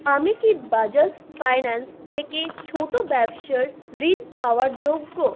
আমি কি বাজাজ ফাইন্যান্স থেকে ছোটো ব্যবসার ঋণ পাওয়ার যোগ্য